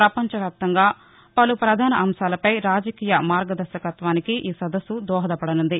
పపంచవ్యాప్తంగా పలు పధాన అంశాలపై రాజకీయ మార్గదర్భకత్వానికి ఈ సదస్సు దోహదపడనుంది